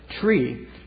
tree